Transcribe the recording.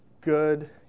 good